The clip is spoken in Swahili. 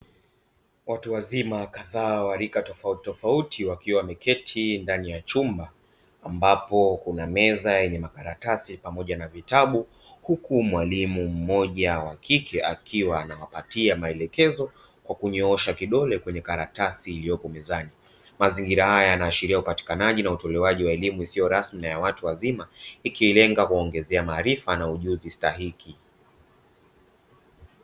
Watu wazima kadhaa wa rika tofautitofauti wakiwa wameketi ndani ya chumba ambapo kuna meza yenye makaratasi pamoja na vitabu, huku mwalimu mmoja wa kike akiwa anawapatia maelekezo kwa kunyoosha kidole kwenye karatasi iliyoko mezani. Mazingira haya yanaashiria upatikanaji na utolewaji wa elimu isiyo rasmi na ya watu wazima, ikilenga kuwaongezea maarifa na ujuzi stahiki.